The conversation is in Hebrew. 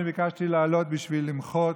אני ביקשתי לעלות בשביל למחות